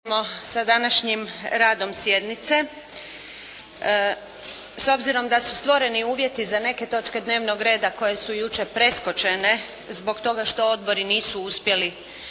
počinjemo sa današnjim radom sjednice. S obzirom da su stvoreni uvjeti za neke točke dnevnog reda koje su jučer preskočene, zbog toga što odbori nisu uspjeli